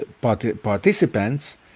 participants